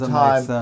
time